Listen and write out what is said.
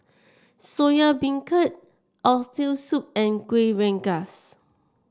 Soya Beancurd Oxtail Soup and Kueh Rengas